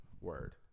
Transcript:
Word